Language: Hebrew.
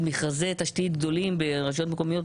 מכרזי תשתית גדולים ברשויות מקומיות,